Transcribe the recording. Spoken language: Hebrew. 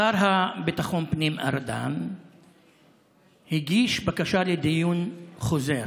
השר לביטחון הפנים ארדן הגיש בקשה לדיון חוזר.